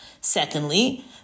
Secondly